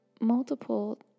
multiple